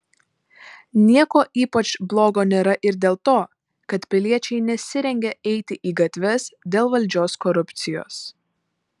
nieko ypač blogo nėra ir dėl to kad piliečiai nesirengia eiti į gatves dėl valdžios korupcijos